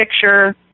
picture